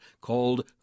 called